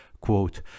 quote